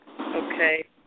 Okay